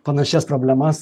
panašias problemas